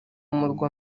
murwa